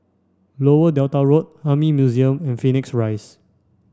Lower Delta Road Army Museum and Phoenix Rise